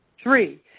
three,